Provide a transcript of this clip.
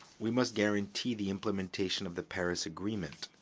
we must guarantee the implementation of the paris agreement.